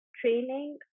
training